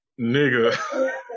Nigga